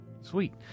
Sweet